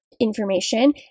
information